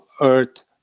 earth